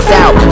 out